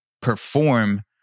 perform